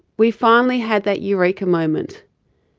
we finally had that eureka moment.